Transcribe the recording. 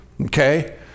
okay